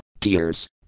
tears